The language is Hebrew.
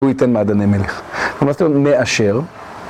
הוא ייתן מעדני מלך, כלומר, זאת אומרת, נעשר.